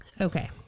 Okay